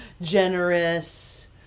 generous